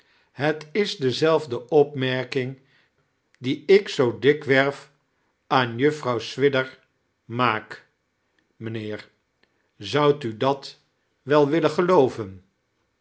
het is dezelfde opmerking die ik zoo dikwerf aan juffrouw swidger maak mijnheer zoudt u dat wel willen gelooven